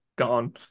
gone